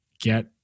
get